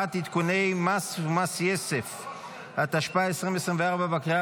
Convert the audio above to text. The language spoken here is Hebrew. שעה), התשפ"ה 2024, אושרה בקריאה